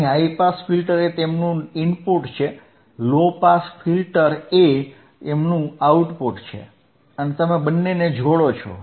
અહિ high pass filter એ તેમનું ઇનપુટ છે લો પાસ ફિલ્ટર એ તેમનું આઉટપુટ છે અને તમે બંનેને જોડો છો